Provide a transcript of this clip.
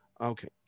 Okay